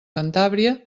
cantàbria